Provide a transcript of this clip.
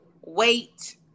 wait